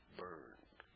burned